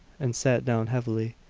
and sat down heavily,